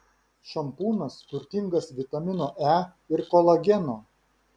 šampūnas turtingas vitamino e ir kolageno